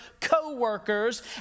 coworkers